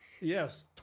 Yes